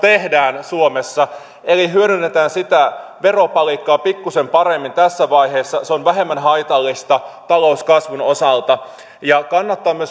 meillä suomessa tutkimusta tehdään eli hyödynnetään sitä veropalikkaa pikkuisen paremmin tässä vaiheessa se on vähemmän haitallista talouskasvun osalta ja kannattaa